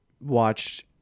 watched